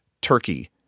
turkey